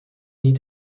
nie